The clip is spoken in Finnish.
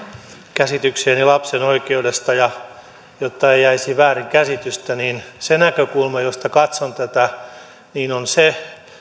käsitykseeni lapsen oikeudesta jotta ei jäisi väärinkäsitystä niin se näkökulma josta katson tätä on se